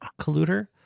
colluder